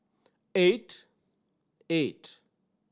eight eight